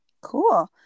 cool